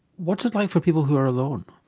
what's it like for people who are alone?